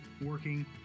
working